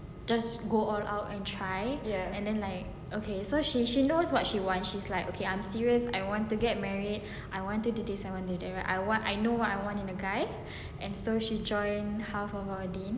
just go all out and try and then like okay so she she knows what she want she's like okay I'm serious I want to get married I wanted do this I want do that right I want I know what I want in a guy and so she join half of our deen